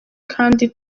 kandi